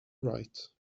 right